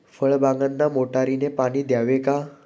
फळबागांना मोटारने पाणी द्यावे का?